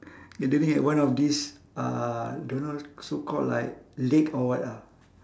gathering at one of this uh don't know so called like lake or what lah